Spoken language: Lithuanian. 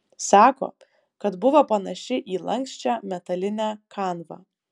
sako kad buvo panaši į lanksčią metalinę kanvą